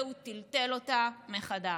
והוא טלטל אותה מחדש.